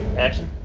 action.